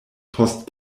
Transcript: post